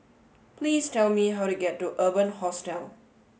please tell me how to get to Urban Hostel